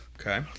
okay